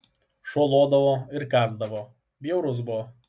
šuo lodavo ir kąsdavo bjaurus buvo